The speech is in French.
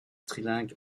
trilingue